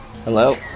Hello